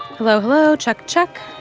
hello? hello? check. check.